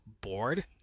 bored